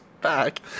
back